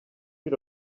you